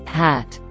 hat